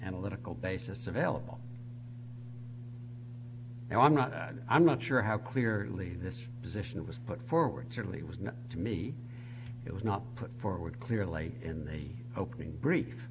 analytical basis available and i'm not i'm not sure how clearly this position was put forward certainly was not to me it was not put forward clearly in the opening brief